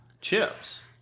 chips